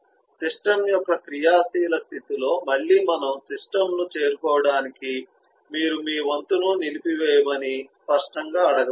system యొక్క క్రియాశీల స్థితిలో మళ్ళీ మనము సిస్టమ్ ను చేరుకోవడానికి మీరు మీ వంతును నిలిపివేయమని స్పష్టంగా అడగవచ్చు